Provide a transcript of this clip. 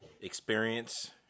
experience